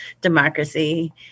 democracy